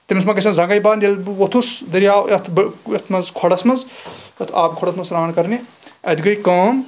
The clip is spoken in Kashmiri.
تٔمِس مہ گژھن زنٛگے بنٛد ییٚلہِ بہٕ وۄتُھس دریاب یَتھ منٛز کھۄڈَس منٛز آبہٕ کھۄڈَس منٛز سرٛان کَرنہِ اَتہِ گٔیے کٲم